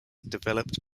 developed